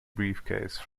briefcase